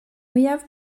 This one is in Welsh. mwyaf